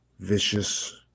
Vicious